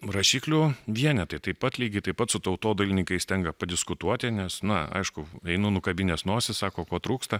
rašiklių vienetai taip pat lygiai taip pat su tautodailininkais tenka padiskutuoti nes na aišku einu nukabinęs nosį sako ko trūksta